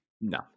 no